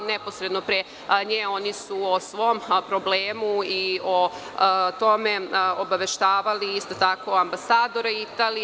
Neposredno pre nje oni su o svom problemu i o tome obaveštavali isto tako i ambasadora Italije.